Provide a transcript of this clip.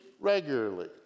regularly